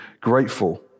grateful